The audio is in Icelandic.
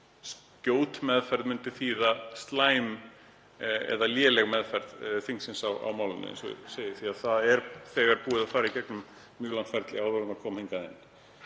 skjót meðferð myndi þýða slæma eða lélega meðferð þingsins á málinu þar sem það var búið að fara í gegnum mjög langt ferli áður en það kom hingað inn.